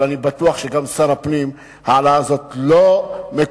אבל אני בטוח שגם עליו ההעלאה הזאת לא מקובלת.